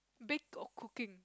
bake or cooking